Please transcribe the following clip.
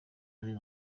ari